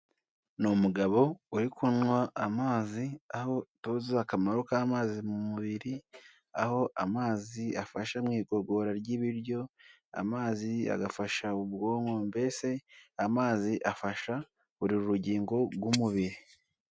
Ni umugabo uri kunwa amazi aho tuzi akamaro k'amazi mu mubiri, aho amazi afasha mu igogora ry'ibiryo, amazi agafasha ubwonko mbese amazi afasha buri rugingo rw'umubiri.